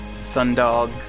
Sundog